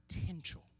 potential